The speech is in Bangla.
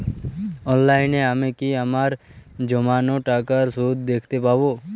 অনলাইনে আমি কি আমার জমানো টাকার সুদ দেখতে পবো?